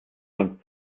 von